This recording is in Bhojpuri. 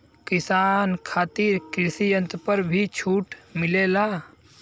किसान खातिर कृषि यंत्र पर भी छूट मिलेला?